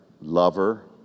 lover